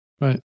Right